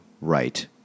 right